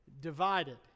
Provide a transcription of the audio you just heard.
divided